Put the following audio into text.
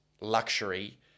luxury